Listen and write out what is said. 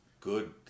good